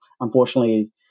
unfortunately